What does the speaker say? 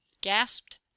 gasped